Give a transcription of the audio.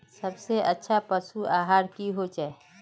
सबसे अच्छा पशु आहार की होचए?